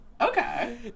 okay